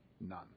None